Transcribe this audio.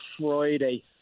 Friday